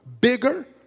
bigger